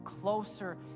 closer